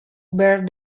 bear